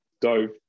dove